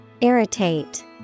Irritate